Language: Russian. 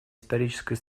исторической